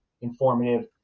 informative